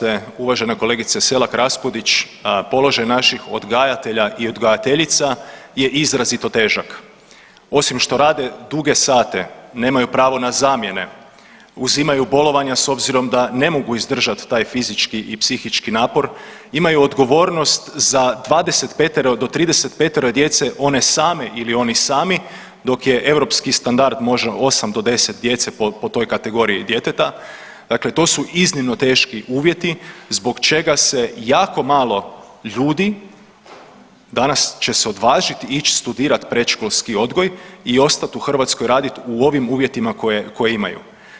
U pravu ste uvažena kolegice Selak Raspudić, položaj naših odgajatelja i odgajateljica je izrazito težak, osim što rade duge sate nemaju pravo na zamjene, uzimaju bolovanja s obzirom da ne mogu izdržat taj fizički i psihički napor, imaju odgovornost za 25-ero do 35-ero djece one same ili oni sami dok je europski standard možda 8 do 10 djeca po, po toj kategoriji djeteta, dakle to su iznimno teški uvjeti zbog čega se jako malo ljudi danas će se odvažit ić studirat predškolski odgoj i ostat u Hrvatskoj radit u ovim uvjetima koje, koje imaju.